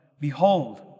Behold